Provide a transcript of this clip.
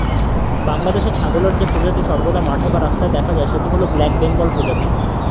বাংলাদেশে ছাগলের যে প্রজাতি সর্বদা মাঠে বা রাস্তায় দেখা যায় সেটি হল ব্ল্যাক বেঙ্গল প্রজাতি